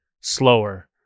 slower